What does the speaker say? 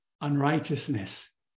unrighteousness